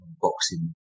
boxing